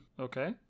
Okay